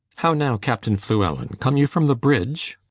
how now captaine fluellen, come you from the bridge?